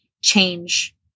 change